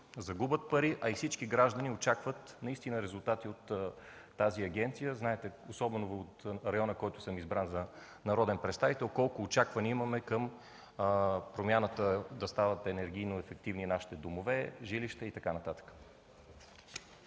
загубят пари, а и всички граждани очакват наистина резултати от тази агенция. Знаете, особено от района, в който съм избран за народен представител, колко очаквания имаме към промяната нашите жилища, нашите домове да станат